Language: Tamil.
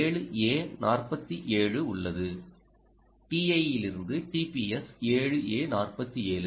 TI இலிருந்து டிபிஎஸ் 7A47